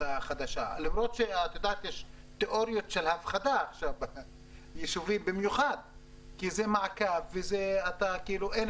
החדשה למרות שיש תיאוריות של פחדה עכשיו כי זה מעקב וכאילו אין